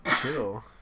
Chill